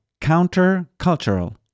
counter-cultural